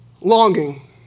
longing